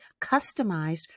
customized